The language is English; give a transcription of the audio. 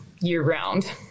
year-round